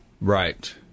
Right